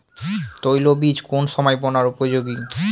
তৈল বীজ কোন সময় বোনার উপযোগী?